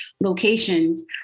locations